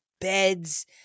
beds